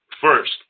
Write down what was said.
First